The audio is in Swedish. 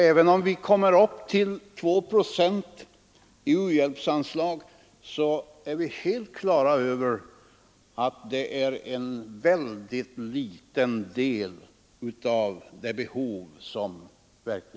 Även om vi kommer upp till 2 procent i u-hjälpsanslag är vi helt klara över att en sådan hjälpinsats bara fyller en ytterst liten del av det behov som finns.